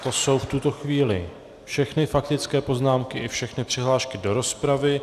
To jsou v tuto chvíli všechny faktické poznámky i všechny přihlášky do rozpravy.